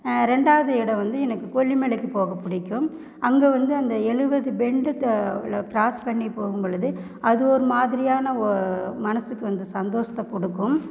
ரெண்டாவது இடம் வந்து எனக்கு கொல்லிமலைக்கு போக பிடிக்கும் அங்கே வந்து அந்த எழுவது பெண்டு த உள்ள கிராஸ் பண்ணி போகும் பொழுது அது ஒரு மாதிரியான ஒ மனதுக்கு வந்து சந்தோஷத்தை கொடுக்கும்